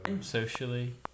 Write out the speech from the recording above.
socially